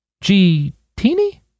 G-Teeny